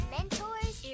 Mentors